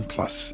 Plus